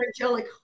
angelic